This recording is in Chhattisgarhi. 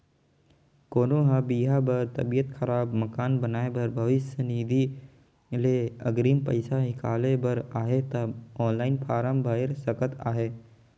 कोनो ल बिहा बर, तबियत खराब, मकान बनाए बर भविस निधि ले अगरिम पइसा हिंकाले बर अहे ता ऑनलाईन फारम भइर सकत अहे